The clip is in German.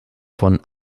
von